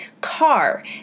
car